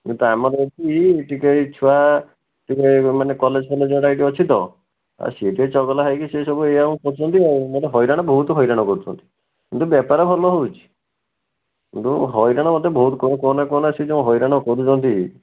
ଏ କାମ ଚାଲିଛି ଟିକେ ଏ ଛୁଆ ଟିକେ ମାନେ କଲେଜ୍ ଫଲେଜଗୁଡ଼ାକ ଅଛି ତ ସେ ଟିକେ ଚଗଲା ହେଇକି ସେ ସବୁ ଏଇ ୟାକୁ କରୁଛନ୍ତି ଆଉ ମୋତେ ହଇରାଣ ବହୁତ ହଇରାଣ କରୁଛନ୍ତି କିନ୍ତୁ ବେପାର ଭଲ ହେଉଛି କିନ୍ତୁ ହଇରାଣ ମୋତେ ବହୁତ କରୁଛନ୍ତି କୁହନା କୁହନା ସେ ଯୋଉ ହଇରାଣ କରୁଛନ୍ତି